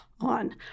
on